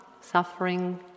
suffering